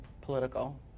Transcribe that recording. political